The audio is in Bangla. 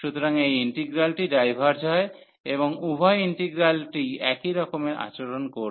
সুতরাং এই ইন্টিগ্রালটি ডাইভার্জ হয় এবং উভয় ইন্টিগ্রালই একই রকমের আচরণ করবে